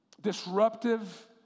disruptive